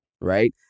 Right